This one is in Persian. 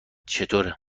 چطوره